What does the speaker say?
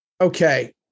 Okay